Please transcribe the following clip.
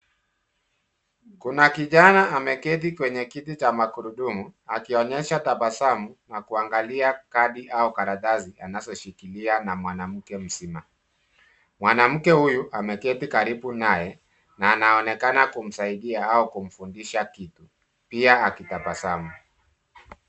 Kuna kijana ameketi kwenye kiti cha magurudumu akionyesha tabasamu na kuangalia kadi au karatasi anazoshikilia na mwanamke mzima. Mwanamke huyu ameketi karibu naye na anaonekana kumsaidia au kumfundisha kitu pia akitabasamu.